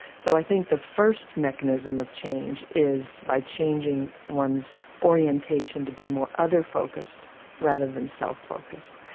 so i think the first mechanism of change is by changing one's orientation to be more other-focused rather than self-focused,